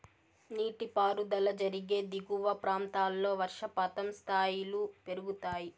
నీటిపారుదల జరిగే దిగువ ప్రాంతాల్లో వర్షపాతం స్థాయిలు పెరుగుతాయి